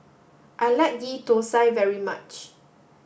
I like Ghee Thosai very much